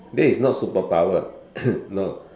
that is not superpower no